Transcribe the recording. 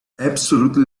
absolutely